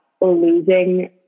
losing –